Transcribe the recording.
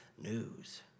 news